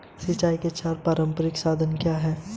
सिंचाई के चार पारंपरिक साधन क्या हैं?